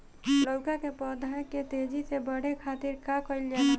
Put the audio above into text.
लउका के पौधा के तेजी से बढ़े खातीर का कइल जाला?